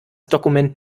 dokument